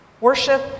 Worship